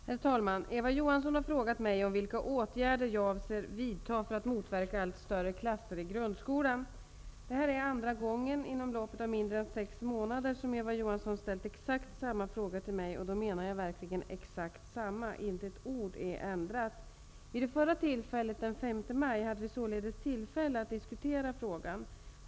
Herr talman! Eva Johansson har frågat mig om vilka åtgärder jag avser vidta för att motverka allt större klasser i grundskolan. Det här är andra gången, inom loppet av mindre än 6 månader, som Eva Johansson ställt exakt samma fråga till mig, och då menar jag verkligen exakt samma fråga. Inte ett ord är ändrat! Vid det förra tillfället, den 5 maj, hade vi således tillfälle att diskutera denna fråga.